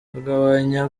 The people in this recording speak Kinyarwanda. agahamya